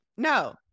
No